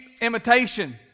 imitation